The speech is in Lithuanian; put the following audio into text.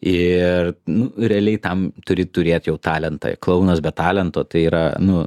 ir nu realiai tam turi turėt jau talentą klounas be talento tai yra nu